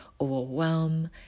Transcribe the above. overwhelm